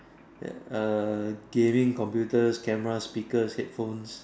err gaming computers camera speakers headphones